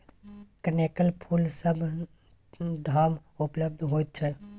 कनेलक फूल सभ ठाम उपलब्ध होइत छै